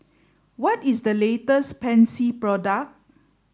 what is the latest Pansy product